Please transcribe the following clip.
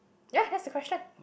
ya has the question